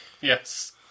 yes